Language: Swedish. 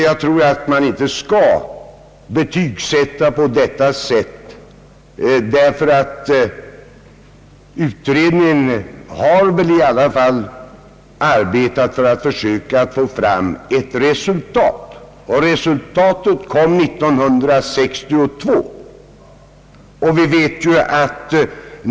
Jag tror att man inte skall betygsätta på detta sätt, ty utredningen har väl ändå arbetat för att söka få fram ett resultat, och resultatet kom 1962.